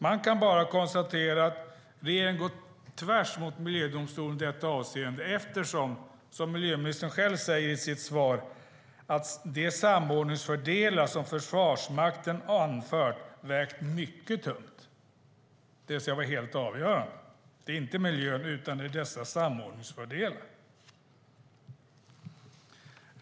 Man kan bara konstatera att regeringen går tvärsemot miljödomstolen i detta avseende. Som miljöministern själv säger i sitt svar: "De samordningsfördelar som Försvarsmakten anfört har vägt mycket tungt", det vill säga varit helt avgörande. Det är inte miljön utan dessa samordningsfördelar som avgjort.